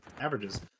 averages